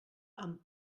amb